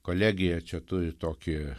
kolegija čia turi tokį